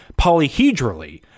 polyhedrally